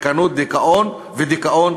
ריקנות ודיכאון,